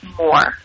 more